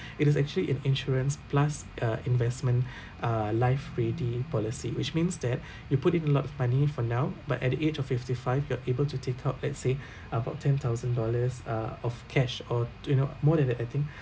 it is actually an insurance plus uh investment uh lifeready policy which means that you put in a lot money for now but at the age of fifty five you're able to take out let's say about ten thousand dollars uh of cash or you know more than that I think